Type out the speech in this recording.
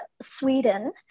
Sweden